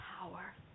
power